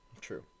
True